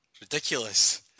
Ridiculous